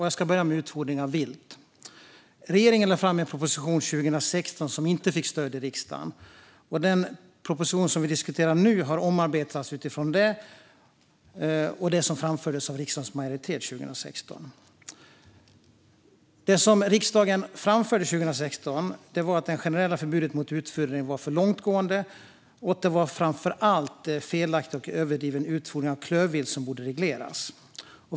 Jag börjar med utfodring av vilt. Regeringen lade 2016 fram en proposition som inte fick stöd i riksdagen. Den proposition som vi diskuterar nu har omarbetats utifrån det som då framfördes av riksdagens majoritet. Det som riksdagen framförde 2016 var att det generella förbudet mot utfodring var för långtgående och att det framför allt var felaktig och överdriven utfodring av klövvilt som borde regleras.